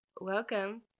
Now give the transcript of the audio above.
Welcome